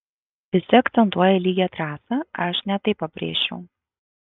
visi akcentuoja lygią trasą aš ne tai pabrėžčiau